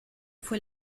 fue